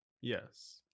yes